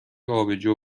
آبجو